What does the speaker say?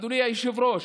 אדוני היושב-ראש,